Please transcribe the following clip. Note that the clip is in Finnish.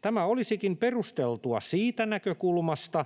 Tämä olisikin perusteltua siitä näkökulmasta,